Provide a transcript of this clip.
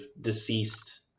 deceased